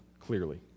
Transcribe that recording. clearly